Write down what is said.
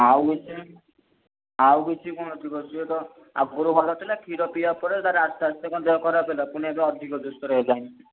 ଆଉକିଛି ଆଉକିଛି କଣ ଥିବ ସିଏ ତ ଆଗରୁ ଭଲ ଥିଲା କ୍ଷୀର ପିଇବା ପରେ ତା'ର ଆସ୍ତେ ଆସ୍ତେ କଣ ଦେହ ଖରାପ ହେଲା ପୁଣି ଏବେ ଅଧିକ ଜୋର୍ସୋର୍ ହେଲାଣି